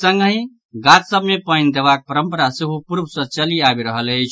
संगहि गाछ सभ मे पानि देबाक परंपरा सेहो पूर्व सॅ चलि आबि रहल अछि